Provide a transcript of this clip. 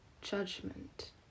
judgment